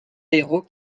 héros